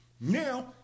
Now